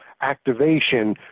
activation